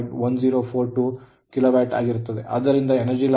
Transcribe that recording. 1042 ಆಗಿರುತ್ತದೆ ಅಂದರೆ 0